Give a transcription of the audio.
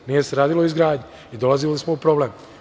Nije se radilo o izgradnji i dolazili smo u problem.